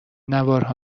نوارها